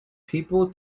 people